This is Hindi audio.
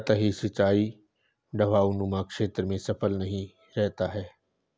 सतही सिंचाई ढवाऊनुमा क्षेत्र में सफल नहीं रहता है